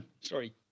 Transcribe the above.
Sorry